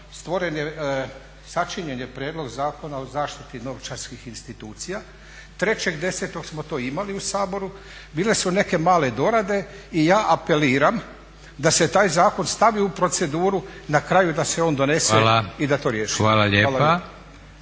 stvoren je, sačinjen je prijedlog Zakona o zaštiti novčarskih institucija, 3.10. smo to imali u Saboru, bile su neke male dorade i ja apeliram da se taj zakon stavi u proceduru, na kraju da se on donese i da to riješimo. **Leko,